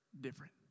different